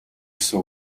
гэсэн